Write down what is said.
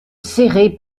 serré